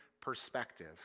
perspective